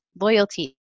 loyalty